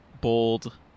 bold